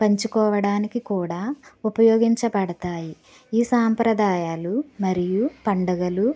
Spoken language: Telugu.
పంచుకోవడానికి కూడా ఉపయోగించబడతాయి ఈ సాంప్రదాయాలు మరియు పండుగలు